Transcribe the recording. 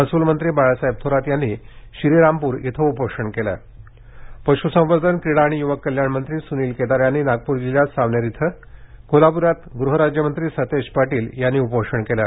महसलूमंत्री बाळासाहेब थोरात यांनी श्रीरामपूर इथं उपोषण केलं पश्संवर्धन क्रीडा आणि यूवक कल्याण मंत्री सूनिल केदार यांनी नागपूर जिल्ह्यात सावनेर इथं कोल्हाप्रात गृहराज्यमंत्री सतेज पाटील यांनी उपोषण केलं